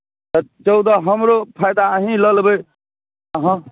चौदह हमरो फायदा अहीँ लऽ लेबै तऽ हम